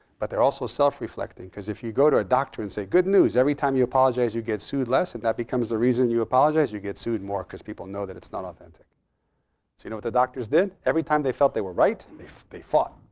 but they're also self reflecting, because if you go to a doctor and say, good news, every time you apologize you get sued less and that becomes the reason you apologize, you get sued more because people know that it's not authentic. so you know what the doctors did? every time they felt they were right, they fought.